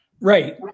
Right